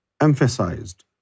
emphasized